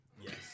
yes